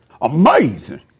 amazing